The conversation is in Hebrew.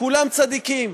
כולם צדיקים.